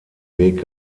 weg